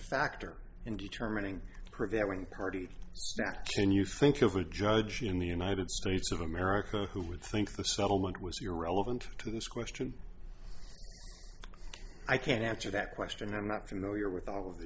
factor in determining the prevailing party can you think of a judge in the united states of america who would think the settlement was irrelevant to this question i can't answer that question i'm not familiar with all of the